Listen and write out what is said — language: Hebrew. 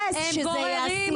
מי גר שם שזה יהיה השיח.